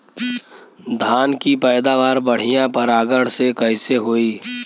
धान की पैदावार बढ़िया परागण से कईसे होई?